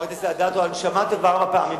חברת הכנסת אדטו, אני שמעתי אותך כבר ארבע פעמים.